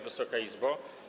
Wysoka Izbo!